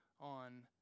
on